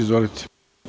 Izvolite.